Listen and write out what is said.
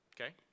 okay